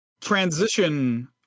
transition